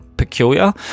peculiar